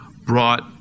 brought